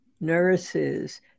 nurses